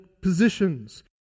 positions